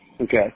Okay